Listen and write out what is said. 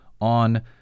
on